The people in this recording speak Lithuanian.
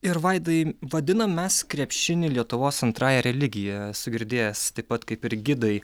ir vaidai vadinam mes krepšinį lietuvos antrąja religija esu girdėjęs taip pat kaip ir gidai